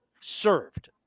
served